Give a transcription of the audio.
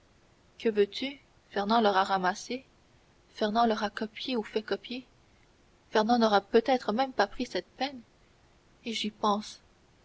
que veux-tu fernand l'aura ramassé fernand l'aura copié ou fait copier fernand n'aura peut-être même pas pris cette peine et j'y pense